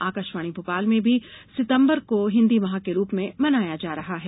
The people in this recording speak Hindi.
आकाशवाणी भोपाल में भी सितंबर को हिन्दी माह के रूप में मनाया जा रहा है